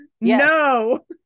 No